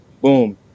boom